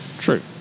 True